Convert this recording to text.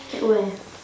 at where